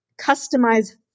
customize